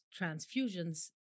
transfusions